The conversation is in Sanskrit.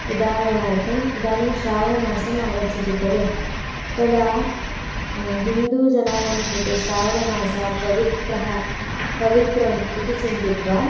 उदाहरणार्थम् इदानीं श्रावणमासम् आगच्छति खलु तदा हिन्दुजनानां कृते श्रावणमासः पवित्रः पवित्रम् इति चिन्तयित्वा